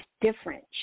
different